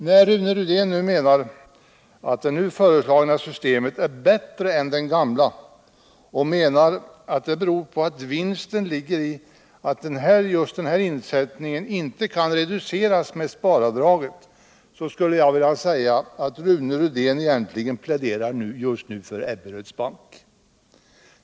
När Rune Rydén menar att det nu föreslagna systemet är bättre än det gamla och säger att det beror på att vinsten ligger i att just den föreslagna insättningen inte kan reduceras med sparavdraget, skulle jag vilja säga att Rune Rydén just nu pläderar för Ebberöds bank.